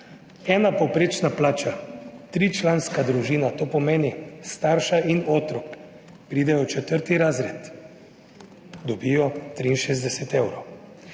Ena povprečna plača, tričlanska družina, to pomeni starša in otrok, pride v četrti razred in dobijo 63 evrov.